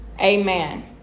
Amen